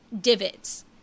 divots